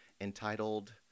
entitled